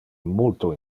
multo